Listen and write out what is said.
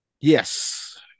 Yes